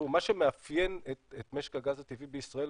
מה שמאפיין את משק הגז הטבעי בישראל,